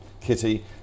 kitty